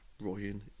Ryan